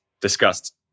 discussed